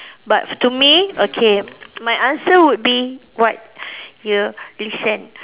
but to me okay my answer would be what you listen